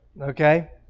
Okay